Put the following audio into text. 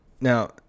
now